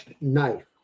Knife